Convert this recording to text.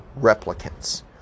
replicants